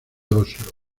oslo